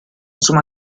suma